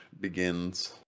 begins